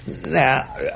Now